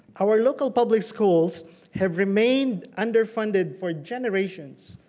our local public schools have remained underfunded for generations.